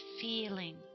feeling